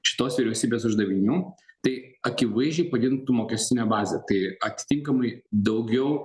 šitos vyriausybės uždavinių tai akivaizdžiai padidintų mokestinę bazę tai atitinkamai daugiau